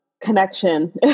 connection